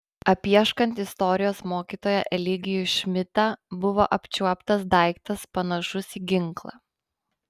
apieškant istorijos mokytoją eligijų šmidtą buvo apčiuoptas daiktas panašus į ginklą